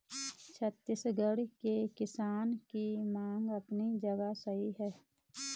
छत्तीसगढ़ के किसान की मांग अपनी जगह सही है